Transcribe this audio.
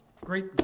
Great